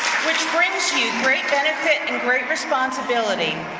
which brings you great benefit and great responsibility.